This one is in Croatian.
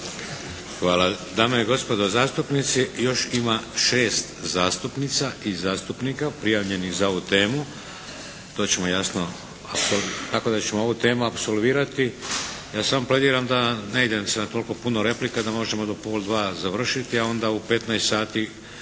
Hvala. Dame i gospodo zastupnici, još ima šest zastupnica i zastupnika prijavljenih za ovu temu. To ćemo jasno, tako da ćemo ovu temu apsolvirati. Ja samo plediram da ne idemo s tako puno replika da možemo do pola dva završiti a onda u 15 sati